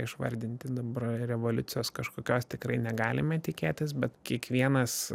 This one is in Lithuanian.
išvardinti dabar revoliucijos kažkokios tikrai negalime tikėtis bet kiekvienas